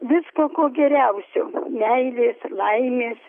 visko ko geriausio meilės laimės